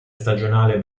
stagionale